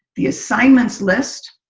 the assignments list